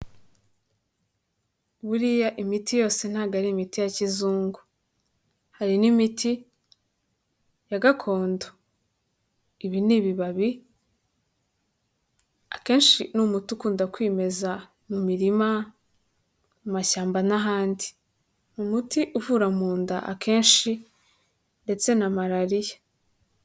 Buriya imiti yose ntabwo ari imiti ya kizungu. Hari n'imiti ya gakondo. Ibi ni ibibabi, akenshi ni umuti ukunda kwimeza mu mirima, mu mashyamba n'ahandi. Umuti uvura mu nda akenshi ndetse na malariya.